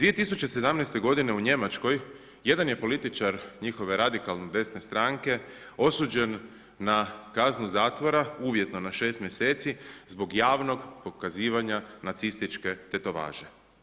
2017. godine u Njemačkoj jedan je političar njihove radikalne desne stranke osuđen na kaznu zatvora, uvjetno na 6 mjeseci zbog javnog pokazivanja nacističke tetovaže.